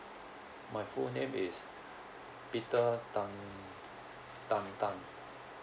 my full name is peter tan tan tan